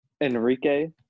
Enrique